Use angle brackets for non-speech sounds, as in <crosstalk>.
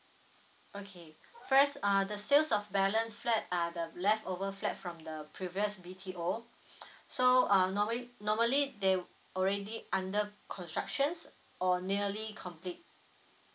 okay first uh the sales of balance flat are the leftover flat from the previous B_T_O <breath> so uh normally normally they already under constructions or nearly complete